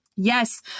Yes